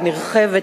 הנרחבת,